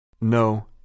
No